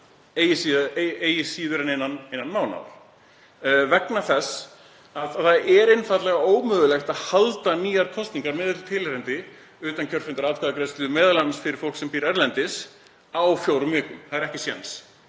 eigi síðar en innan mánaðar. Vegna þess að það er einfaldlega ómögulegt að halda nýjar kosningar með öllu tilheyrandi, utankjörfundaratkvæðagreiðslu, m.a. fyrir fólk sem býr erlendis, á fjórum vikum. Það er ekki séns.